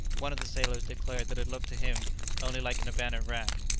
one of the sailors declared that it looked to him only like an abandoned raft,